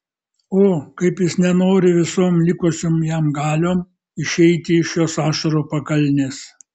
o kaip jis nenori visom likusiom jam galiom išeiti iš šios ašarų pakalnės